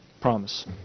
Promise